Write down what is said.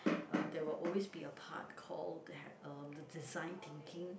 uh that will always be a part called uh the design thinking